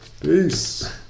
peace